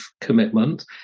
commitment